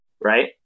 right